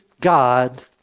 God